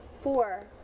four